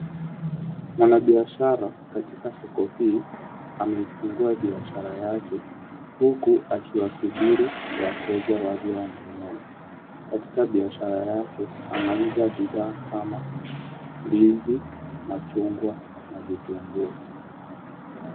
Mwanabiashara katika soko hii ameifungua biashara yake huku akiwasuburi wateja waje wanunue. Katika biashara yake anauza bidhaa kama ndizi, machungwa na vitunguu.